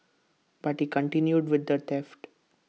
but he continued with the theft